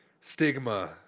stigma